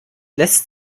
lässt